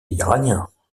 iraniens